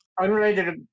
Unrelated